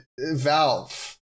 Valve